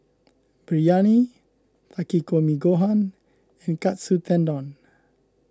Biryani Takikomi Gohan and Katsu Tendon